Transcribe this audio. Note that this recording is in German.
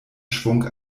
schwung